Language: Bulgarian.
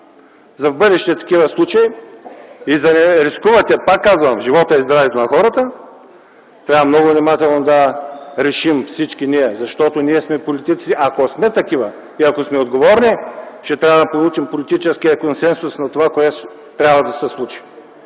в бъдеще такива случаи и за да не рискувате, пак казвам, живота и здравето на хората, трябва много внимателно да решим всички ние, защото ние сме политици, ако сме такива и сме отговорни, че трябва да получим политическия консенсус на това, което трябва да се случи.